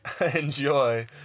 Enjoy